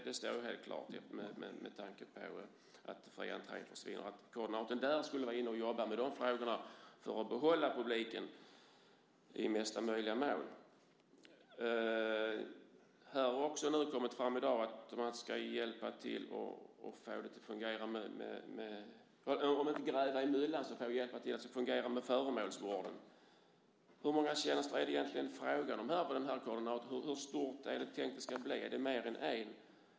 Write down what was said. Det står helt klart med tanke på att fri entré försvinner. Det har talats om att koordinatorn skulle jobba med de frågorna för att behålla publiken i mesta möjliga mån. Det har också kommit fram i dag att man ska hjälpa till om inte att gräva i myllan så att se till att det fungerar med föremålsvården. Hur många tjänster är det egentligen fråga om för koordinatorn? Hur stort är det tänkt att det ska bli? Är det mer än en?